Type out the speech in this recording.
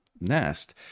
nest